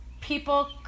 people